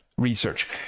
Research